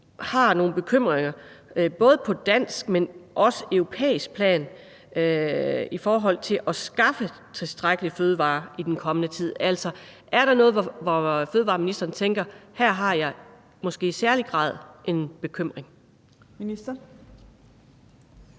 har nogle bekymringer på både dansk og europæisk plan i forhold til at skaffe tilstrækkelige fødevarer i den kommende tid. Altså, er der noget, der får fødevareministeren til at tænke: Her har jeg måske i særlig grad en bekymring? Kl.